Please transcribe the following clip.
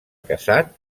casat